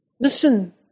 Listen